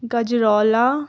گجرولہ